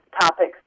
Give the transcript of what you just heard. topics